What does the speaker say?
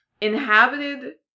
inhabited